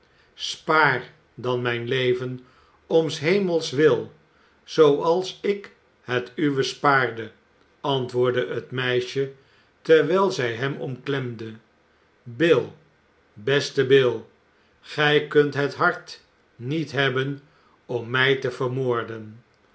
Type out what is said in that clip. spaar dan mijn leven om s hemels wil zooals ik het uwe spaarde antwoordde het meisje terwijl zij hem omklemde bill beste bill gij kunt het hart niet hebben om mij te vermoorden